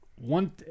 one